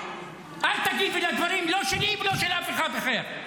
אל תגיבי לדברים, לא שלי ולא של אף אחד אחר.